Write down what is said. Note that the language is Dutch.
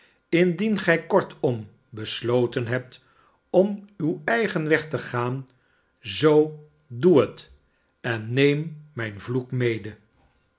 indien gij kortom besloten hebt om uw eigen weg te gaan zoo doe het en neem mijn vloek mede